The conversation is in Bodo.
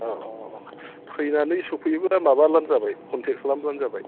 औ औ फैनानै सफैयोब्ला माबाब्लानो जाबाय कनटेक्ट खालामब्लानो जाबाय